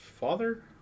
Father